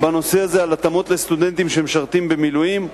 בנושא הזה, על התאמות לסטודנטים שמשרתים במילואים.